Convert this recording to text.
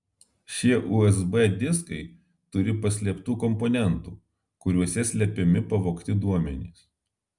šie usb diskai turi paslėptų komponentų kuriuose slepiami pavogti duomenys